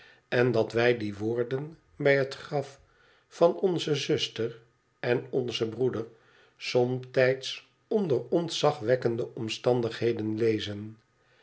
en dat wij die woorden bij het graf van onze zuster en onzen broeder somtijds onder ontzagwekkende omstandigheden lezen